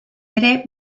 ere